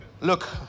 Look